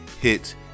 hit